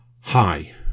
hi